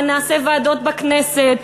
ונעשה ועדות בכנסת,